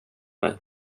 mig